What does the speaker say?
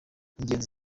inyenzi